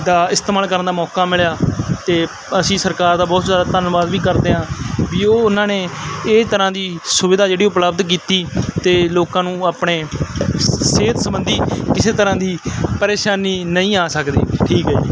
ਦਾ ਇਸਤੇਮਾਲ ਕਰਨ ਦਾ ਮੌਕਾ ਮਿਲਿਆ ਤੇ ਅਸੀਂ ਸਰਕਾਰ ਦਾ ਬਹੁਤ ਜਿਆਦਾ ਧੰਨਵਾਦ ਵੀ ਕਰਦੇ ਆਂ ਵੀ ਉਹ ਉਹਨਾਂ ਨੇ ਇਹ ਤਰ੍ਹਾਂ ਦੀ ਸੁਵਿਧਾ ਜਿਹੜੀ ਉਪਲਬਧ ਕੀਤੀ ਤੇ ਲੋਕਾਂ ਨੂੰ ਆਪਣੇ ਸਿਹਤ ਸੰਬੰਧੀ ਕਿਸੇ ਤਰ੍ਹਾਂ ਦੀ ਪਰੇਸ਼ਾਨੀ ਨਹੀਂ ਆ ਸਕਦੀ ਠੀਕ ਹੈ ਜੀ